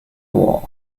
war